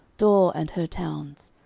dor and her towns.